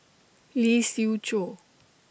Lee Siew Choh